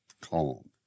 calm